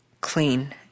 clean